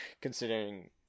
considering